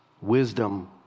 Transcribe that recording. wisdom